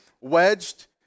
wedged